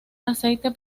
aceite